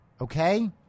Okay